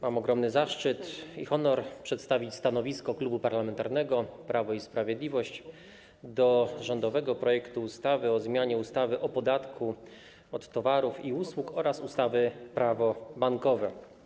Mam ogromny zaszczyt i honor przedstawić stanowisko Klubu Parlamentarnego Prawo i Sprawiedliwość wobec rządowego projektu ustawy o zmianie ustawy o podatku od towarów i usług oraz ustawy - Prawo bankowe.